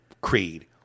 Creed